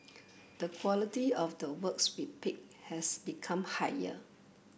the quality of the works we pick has become higher